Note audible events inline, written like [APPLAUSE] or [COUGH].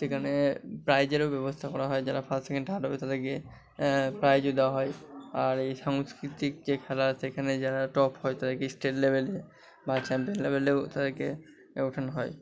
সেখানে প্রাইজের ও ব্যবস্থা করা হয় যারা ফার্স্ট সেকেন্ড থার্ড হবে তাদেরকে প্রাইজও দেওয়া হয় আর এই সাংস্কৃতিক যে খেলা সেখানে যারা টপ হয় তাদেরকে স্টেট লেভেলে বা চ্যাম্পিয়ন লেভেলেও তাদেরকে [UNINTELLIGIBLE] হয়